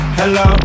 hello